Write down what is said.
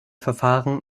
verfahren